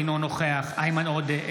אינו נוכח איימן עודה,